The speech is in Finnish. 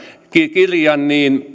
kirjan